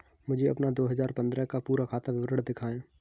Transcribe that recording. मुझे अपना दो हजार पन्द्रह का पूरा खाता विवरण दिखाएँ?